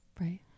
Right